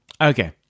okay